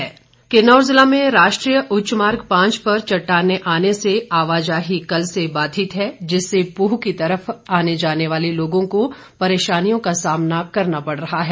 NH Kinnaur जिला में राष्ट्रीय उच्चमार्ग पांच पर चटटाने आने से आवाजाही कल से बाधित है जिससे पूह की तरफ आने जाने वाले लोगों को परेशानियों का सामना करना पड़ रहा है